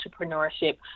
entrepreneurship